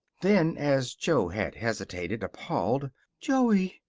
then as jo had hesitated, appalled joey,